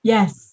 Yes